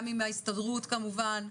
גם עם ההסתדרות כמובן.